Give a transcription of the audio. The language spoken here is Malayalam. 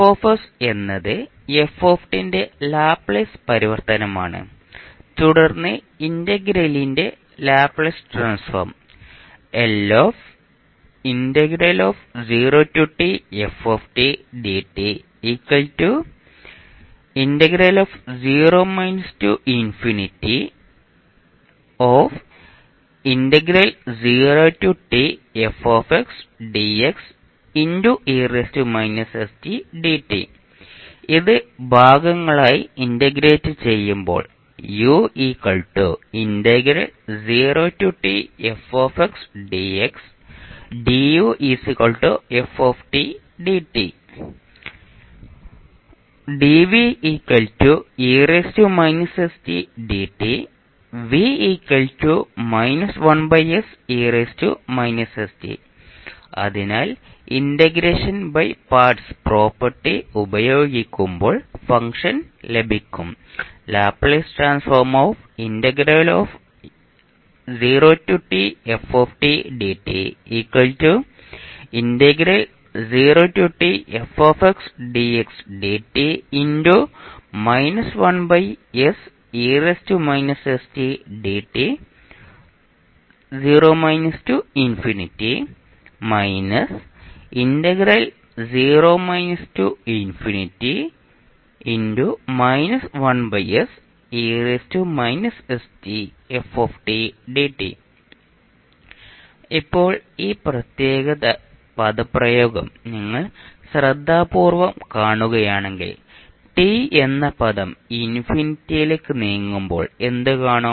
F എന്നത് f ന്റെ ലാപ്ലേസ് പരിവർത്തനമാണ് തുടർന്ന് ഇന്റഗ്രലിന്റെ ലാപ്ലേസ് ട്രാൻസ്ഫോം ഇത് ഭാഗങ്ങളായി ഇന്റഗ്രേറ്റ് ചെയ്യുമ്പോൾ ഉം അതിനാൽ ഇന്റഗ്രേഷൻ ബൈ പാർട്സ് പ്രോപ്പർട്ടി ഉപയോഗിക്കുമ്പോൾ ഫംഗ്ഷൻ ലഭിക്കും ഇപ്പോൾ ഈ പ്രത്യേക പദപ്രയോഗം നിങ്ങൾ ശ്രദ്ധാപൂർവ്വം കാണുകയാണെങ്കിൽ ടി എന്ന പദം ഇൻഫിനിറ്റിയിലേക്ക് നീങ്ങുമ്പോൾ എന്ത് കാണും